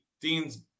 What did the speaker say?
Dean's